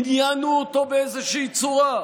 עניינו אותו באיזושהי צורה?